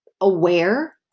aware